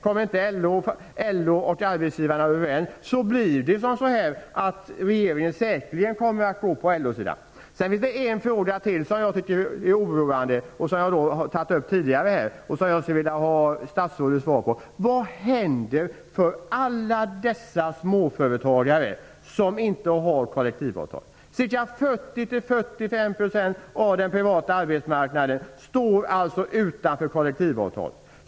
Om inte LO och arbetsgivarna kommer överens kommer regeringen säkerligen att gå på LO-sidan. Det finns ytterligare en fråga som är oroande och som jag har tagit upp här tidigare. Jag skulle vilja ha statsrådets svar på vad som kommer att hända med alla dessa småföretagare som inte har kollektivavtal. Ca 40-45 % av den privata arbetsmarknaden står alltså utanför kollektivavtal.